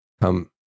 come